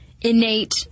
innate